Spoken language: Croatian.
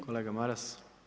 Kolega Maras.